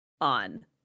on